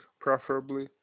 preferably